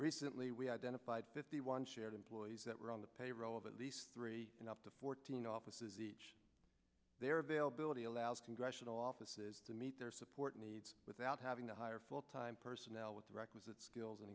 recently we identified fifty one shared employees that were on the payroll of at least up to fourteen offices each their availability allows congressional offices to meet their support needs without having to hire full time personnel with the requisite skills and